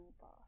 boss